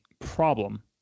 problem